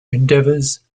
endeavors